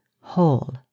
whole